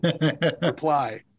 Reply